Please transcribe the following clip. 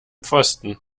pfosten